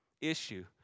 issue